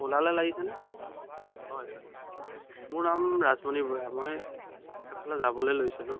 অ'লালৈ লাগিছেনে হয় হয় মোৰ নাম ৰাজমণি বৰা মই এফালে যাবলৈ লৈছিলোঁ